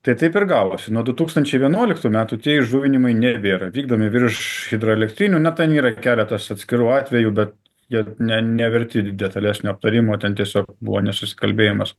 tai taip ir gavosi nuo du tūkstančiai vienuoliktų metų tie įžuvinimui nebėra vykdomi virš hidroelektrinių na ten yra keletas atskirų atvejų bet jie ne verti detalesnio aptarimo ten tiesiog buvo nesusikalbėjimas